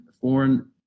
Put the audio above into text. foreign